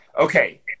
Okay